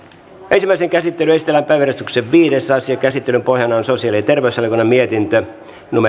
ensimmäiseen käsittelyyn esitellään päiväjärjestyksen viides asia käsittelyn pohjana on sosiaali ja terveysvaliokunnan mietintö